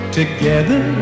together